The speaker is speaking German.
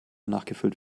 nachgefüllt